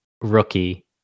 rookie